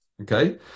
Okay